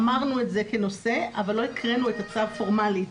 אמרנו את זה כנושא, אבל לא הקראנו את הצו פורמלית,